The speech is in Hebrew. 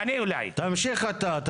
עצמה.